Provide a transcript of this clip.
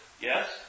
yes